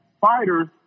fighters